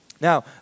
Now